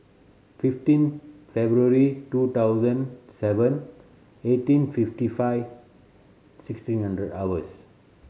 fifteen February two thousand seven eighteen fifty five sixteen hundred hours